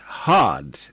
Hard